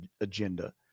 agenda